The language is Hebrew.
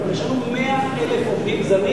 יש לנו 100,000 עובדים זרים